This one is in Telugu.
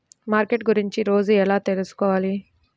మార్కెట్ గురించి రోజు ఎలా తెలుసుకోవాలి?